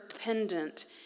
pendant